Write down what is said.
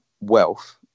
wealth